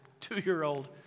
two-year-old